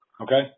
Okay